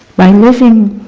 by living